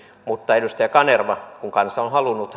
mutta edustaja kanervaa kun kansa